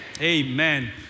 Amen